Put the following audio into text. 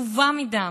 העקובה מדם,